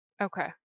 Okay